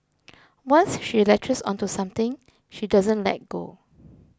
once she latches onto something she doesn't let go